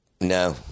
No